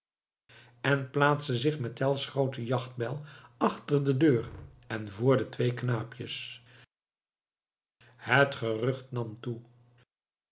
en plaatste zich met tell's groote jachtbijl achter de deur en vr de twee knaapjes het gerucht nam toe